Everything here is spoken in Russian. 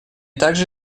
также